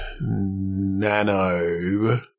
nano